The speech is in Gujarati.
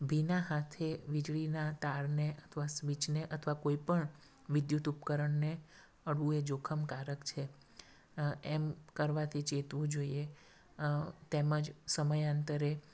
ભીના હાથે વીજળીનાં તારને અથવા સ્વિચને અથવા કોઈ પણ વિદ્યુત ઉપકરણને અડવું એ જોખમકારક છે એમ કરવાથી ચેતવું જોઈએ તેમજ સમયાંતરે